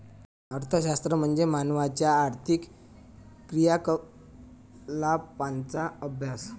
अर्थशास्त्र म्हणजे मानवाच्या आर्थिक क्रियाकलापांचा अभ्यास